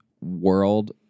world